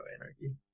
anarchy